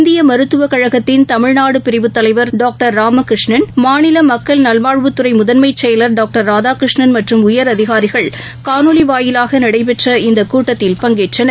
இந்தியமருத்துவகழகத்தின் தமிழ்நாடுபிரிவுத்தலைவர் தலைவர் டாக்டர் ராமகிருஷ்ணன் மாநிலமக்கள் நல்வாழ்வுத்துறைமுதன்மைச்செயலர் டாக்டர் ஜெ ராதாகிருஷ்ணன் மற்றும் உயரதிகாரிகள் காணொலிவாயிலாகநடைபெற்ற இந்தகூட்டத்தில் பங்கேற்றனர்